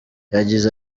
yagize